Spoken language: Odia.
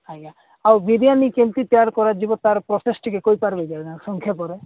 ଆଜ୍ଞା ଆଉ ବିରିୟାନୀ କେମିତି ତିଆରି କରାଯିବ ତାର ପ୍ରୋସେସ ଟିକେ କହିପାରିବେ କି ଆଜ୍ଞା ସଂକ୍ଷେପରେ